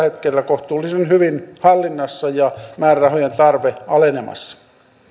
hetkellä kohtuullisen hyvin hallinnassa ja määrärahojen tarve alenemassa